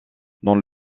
dans